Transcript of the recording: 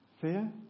Fear